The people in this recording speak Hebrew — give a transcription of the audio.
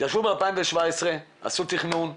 ישבו ב-2017 עשו תכנון שאושר.